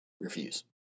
Refuse